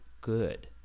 good